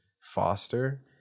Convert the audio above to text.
foster